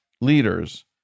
leaders